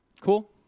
Cool